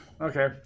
Okay